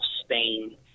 Spain